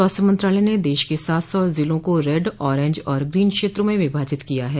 स्वास्थ्य मंत्रालय ने देश के सात सौ जिलों का रेड ओरेंज और ग्रीन क्षेत्रों में विभाजित किया है